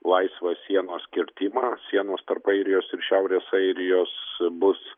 laisvą sienos kirtimą sienos tarp airijos ir šiaurės airijos bus